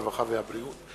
הרווחה והבריאות.